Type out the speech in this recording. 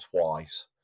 twice